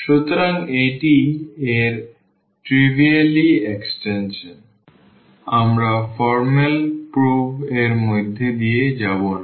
সুতরাং এটি এর ট্রিভিয়াল এক্সটেনশন আমরা ফর্মাল প্রোভ এর মধ্য দিয়ে যাব না